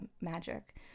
magic